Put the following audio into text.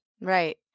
Right